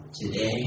Today